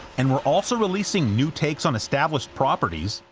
and were also releasing new takes on established properties,